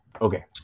okay